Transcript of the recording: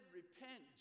repent